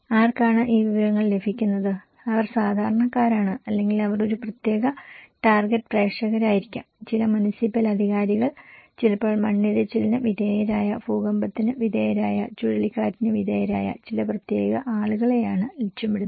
ആർക്കാണ് ഈ വിവരങ്ങൾ ലഭിക്കുന്നത് അവർ സാധാരണക്കാരാണ് അല്ലെങ്കിൽ അവർ ഒരു പ്രത്യേക ടാർഗെറ്റ് പ്രേക്ഷകരായിരിക്കാം ചില മുനിസിപ്പൽ അധികാരികൾ ചിലപ്പോൾ മണ്ണിടിച്ചിലിന് വിധേയരായ ഭൂകമ്പത്തിന് വിധേയരായ ചുഴലിക്കാറ്റിന് വിധേയരായ ചില പ്രത്യേക ആളുകളെയാണ് ലക്ഷ്യമിടുന്നത്